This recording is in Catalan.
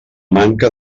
manca